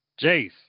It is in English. Jace